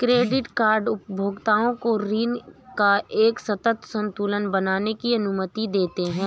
credit card उपभोक्ताओं को ऋण का एक सतत संतुलन बनाने की अनुमति देते हैं